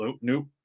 nope